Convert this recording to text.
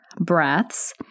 breaths